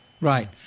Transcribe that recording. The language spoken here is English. Right